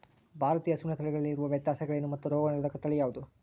ಭಾರತೇಯ ಹಸುವಿನ ತಳಿಗಳಲ್ಲಿ ಇರುವ ವ್ಯತ್ಯಾಸಗಳೇನು ಮತ್ತು ರೋಗನಿರೋಧಕ ತಳಿ ಯಾವುದು?